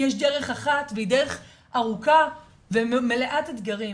יש דרך אחת והיא דרך ארוכה ומלאת אתגרים,